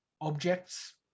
objects